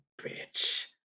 bitch